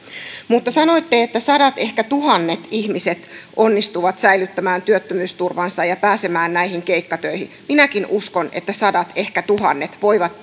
sanoitte että sadat ehkä tuhannet ihmiset onnistuvat säilyttämään työttömyysturvansa ja pääsemään näihin keikkatöihin minäkin uskon että sadat ehkä tuhannet voivat